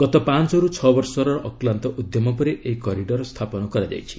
ଗତ ପାଞ୍ଚରୁ ଛଅ ବର୍ଷର ଅକ୍ଲାନ୍ତ ଉଦ୍ୟମ ପରେ ଏହି କରିଡର୍ ସ୍ଥାପନ ହୋଇଛି